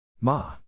Ma